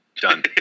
Done